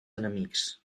enemics